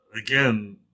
Again